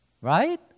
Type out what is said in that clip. Right